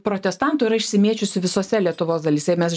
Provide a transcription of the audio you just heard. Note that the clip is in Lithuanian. protestantų yra išsimėčiusių visose lietuvos dalyse mes